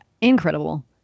Incredible